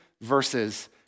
verses